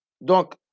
Donc